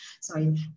Sorry